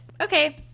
okay